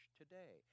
today